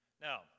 Now